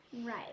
Right